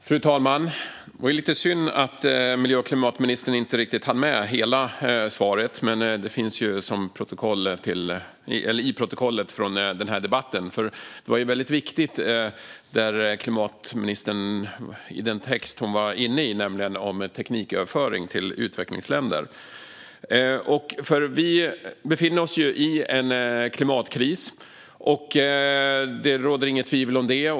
Fru talman! Det var lite synd att miljö och klimatministern inte riktigt hann med hela svaret, men det finns med i protokollet från debatten. Den text klimatministern var inne i tog upp en viktig fråga om tekniköverföring till utvecklingsländer. Vi befinner oss i en klimatkris. Det råder inget tvivel om det.